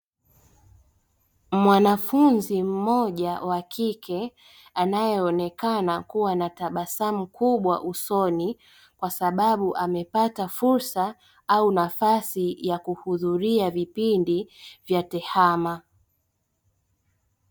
Mwanafunzi mmoja wa kike anayeonekana kuwa na tabasamu kubwa usoni kwasababu amepata fursa au nafasi ya kuhudhuria vipindi vya tehama.